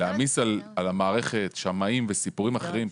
להעמיס על המערכת שמאים וסיפורים אחרים.